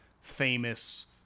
famous